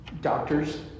Doctors